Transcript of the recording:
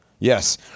Yes